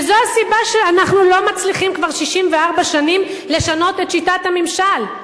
וזו הסיבה שאנחנו לא מצליחים כבר 64 שנים לשנות את שיטת הממשל,